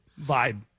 vibe